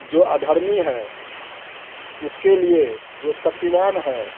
जो अधर्मी है उसके लिए जो शक्तिवान है